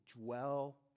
dwell